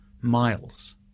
miles